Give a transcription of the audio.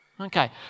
Okay